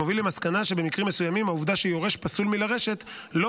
מוביל למסקנה שבמקרים מסוימים העובדה שיורש פסול מלרשת לא